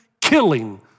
killing